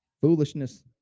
Foolishness